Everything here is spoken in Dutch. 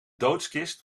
doodskist